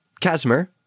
Casimir